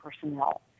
personnel